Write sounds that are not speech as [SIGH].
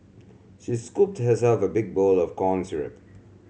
she scooped herself a big bowl of corn [UNINTELLIGIBLE]